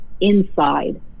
inside